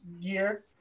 year